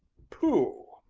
pooh!